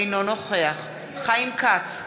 אינו נוכח חיים כץ,